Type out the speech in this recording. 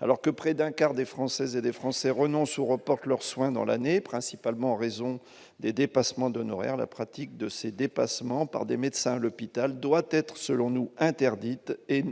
alors que près d'un quart des Françaises et des Français renoncent ou reportent leurs soins dans l'année, principalement en raison des dépassements d'honoraires, la pratique de ces dépassements par des médecins, le pital doit être, selon nous, interdite et